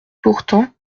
pourtant